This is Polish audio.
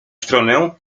stronę